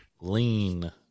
lean